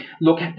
Look